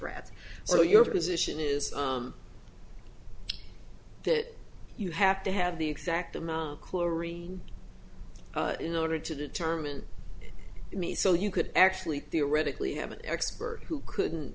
rats so your position is that you have to have the exact amount of chlorine in order to determine it me so you could actually theoretically have an expert who couldn't